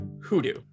hoodoo